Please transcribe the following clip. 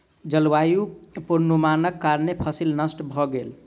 जलवायु पूर्वानुमानक कारणेँ फसिल नष्ट नै भेल